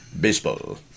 baseball